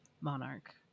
monarch